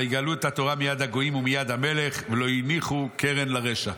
ויגאלו את התורה מיד הגויים ומיד המלך ולא הניחו קרן לרשע.